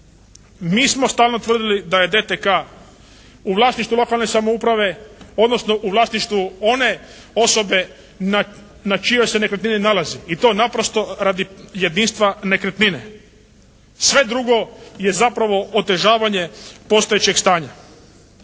Mi smo stalno tvrdili da je DTK-a u vlasništvu lokalne samouprave odnosno u vlasništvu one osobe na čijoj se nekretnini nalazi. I to naprosto radi jedinstva nekretnine. Sve drugo je zapravo otežavanje postojećeg stanja.